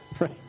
Right